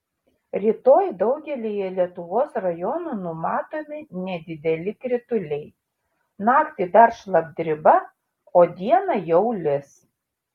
rytoj daugelyje lietuvos rajonų numatomi nedideli krituliai naktį dar šlapdriba o dieną jau lis